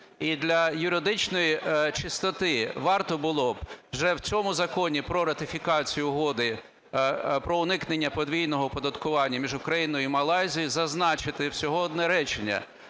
І для юридичної чистоти варто було б вже в цьому Законі про ратифікацію Угоди про уникнення подвійного оподаткування між Україною і Малайзією зазначити всього одне реченням: